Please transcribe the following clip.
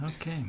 Okay